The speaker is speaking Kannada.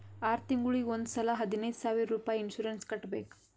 ಆರ್ ತಿಂಗುಳಿಗ್ ಒಂದ್ ಸಲಾ ಹದಿನೈದ್ ಸಾವಿರ್ ರುಪಾಯಿ ಇನ್ಸೂರೆನ್ಸ್ ಕಟ್ಬೇಕ್